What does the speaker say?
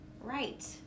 Right